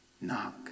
Knock